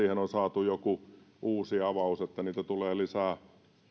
on saatu joku uusi avaus että heitä tulee lisää